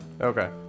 okay